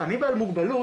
אני בעל מוגבלות,